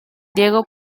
diego